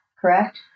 correct